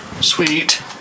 Sweet